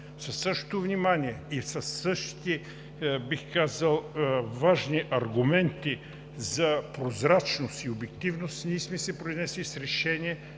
същото внимание и със същите, бих казал, важни аргументи за прозрачност и обективност ние сме се произнесли с Решение